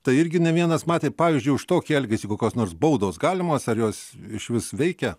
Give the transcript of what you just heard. tai irgi ne vienas matė pavyzdžiui už tokį elgesį kokios nors baudos galimos ar jos išvis veikia